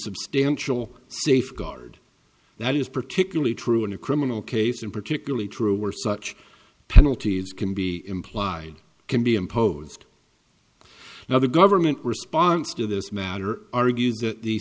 substantial safeguard that is particularly true in a criminal case and particularly true where such penalties can be implied can be imposed now the government response to this matter argues that the